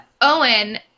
Owen